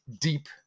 deep